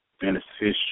beneficial